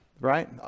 right